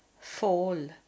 fall